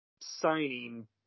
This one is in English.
Signing